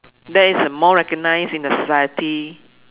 that is the more recognised in the society